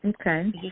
Okay